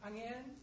Again